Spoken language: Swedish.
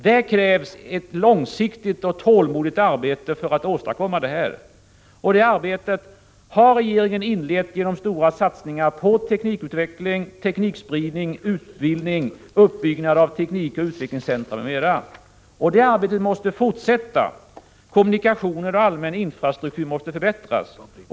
Det krävs ett långsiktigt och tålmodigt arbete för att åstadkomma något sådant. Det arbetet har regeringen inlett genom stora satsningar på teknikutveckling, teknikspridning, utbildning, uppbyggnad av teknikoch utvecklingscentra m.m. och det arbetet måste fortsätta. Kommunikationer och allmän infrastruktur måste förbättras.